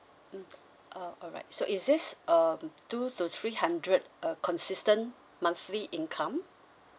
mm uh alright so is this um two to three hundred uh consistent monthly income